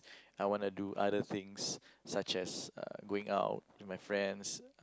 I wanna do other things such as uh going out with my friends